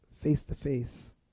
face-to-face